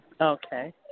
Okay